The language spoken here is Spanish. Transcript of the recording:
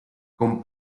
con